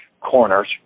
corners